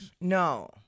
No